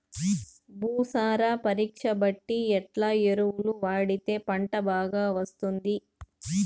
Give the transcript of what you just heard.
భూసార పరీక్ష బట్టి ఎట్లా ఎరువులు వాడితే పంట బాగా వస్తుంది?